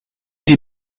die